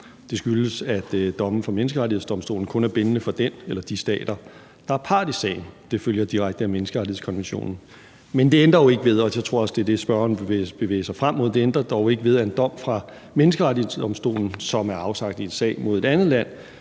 Det skyldes, at domme fra Menneskerettighedsdomstolen kun er bindende for den eller de stater, der er part i sagen. Det følger direkte af menneskerettighedskonventionen. Men det ændrer dog ikke ved – og jeg tror også, at det er det, spørgeren vil bevæge sig frem mod – at en dom fra Menneskerettighedsdomstolen, som er afsagt i en sag mod et andet land,